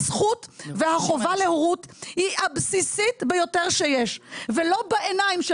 הזכות והחובה להורות היא הבסיסית ביותר שיש ולא בעיניים של